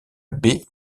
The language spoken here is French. baie